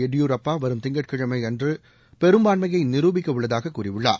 எடியூரப்பா வரும் திங்கட்கிழமை அன்று பெரும்பான்மையை நிரூபிக்கவுள்ளதாக கூறியுள்ளார்